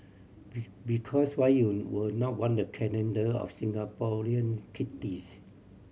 be because why you would not want a calendar of Singaporean kitties